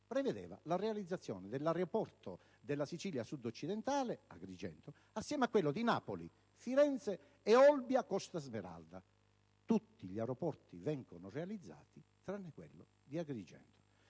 prevedeva la realizzazione dell'aeroporto della Sicilia sud-occidentale (Agrigento), assieme a quelli di Napoli, Firenze e Olbia-Costa smeralda: tutti gli aeroporti vengono realizzati tranne quello di Agrigento.